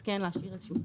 אז כן להשאיר איזשהו